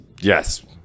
Yes